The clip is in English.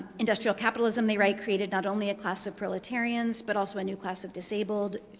industrial capitalism, they write, created not only a class of proletarians, but also a new class of disabled